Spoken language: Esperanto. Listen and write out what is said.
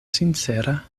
sincera